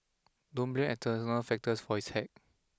don't blame external factors for his hack